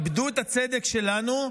איבדו את הצדק שלנו,